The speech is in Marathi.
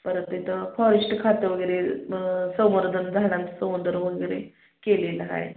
परत तिथं फॉरेस्ट खातं वगैरे संवर्धन झाडांचं संवदरवन वगैरे केलेलं आहे